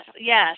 yes